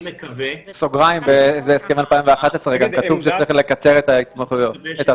אני מקווה --- בהסכם 2011 גם כתוב שצריך לקצר את התורנויות.